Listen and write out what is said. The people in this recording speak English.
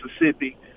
Mississippi